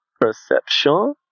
Perception